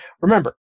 Remember